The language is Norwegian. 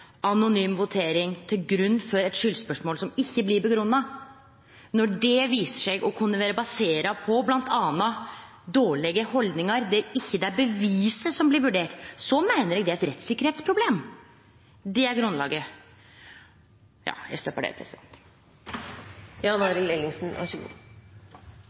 som ikkje blir grunngjeve, når det viser seg å kunne vere basert på bl.a. dårlege haldningar, der det ikkje er beviset som blir vurdert, meiner eg er eit rettssikkerheitsproblem. Det er grunnlaget. Eg stoppar der.